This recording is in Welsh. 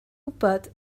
gwybod